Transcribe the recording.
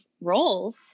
roles